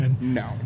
No